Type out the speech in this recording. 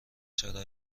چرا